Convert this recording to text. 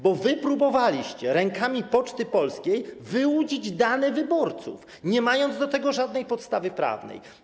Bo wy próbowaliście rękami Poczty Polskiej wyłudzić dane wyborców, nie mając do tego żadnej podstawy prawnej.